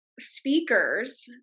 speakers